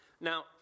Now